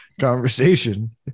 conversation